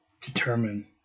determine